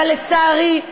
אבל לצערי,